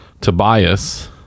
tobias